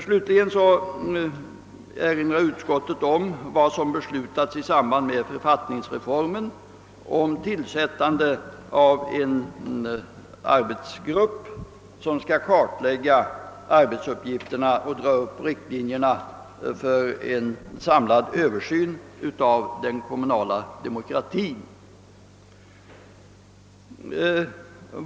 Slutligen erinrar utskottet om vad som beslutats i samband med författningsreformen angående tillsättande av en arbetsgrupp som skall planlägga arbetsuppgifterna och dra upp riktlinjerna för en samlad översyn av den kommunala demokratin.